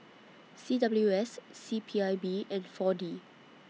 C W S C P I B and four D